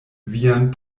vian